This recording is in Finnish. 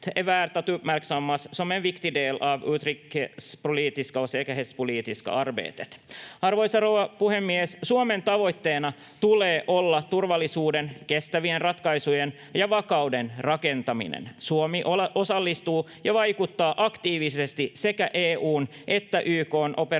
Arvoisa rouva puhemies! Suomen tavoitteena tulee olla turvallisuuden, kestävien ratkaisujen ja vakauden rakentaminen. Suomi osallistuu ja vaikuttaa aktiivisesti sekä EU:n että YK:n operaatioihin,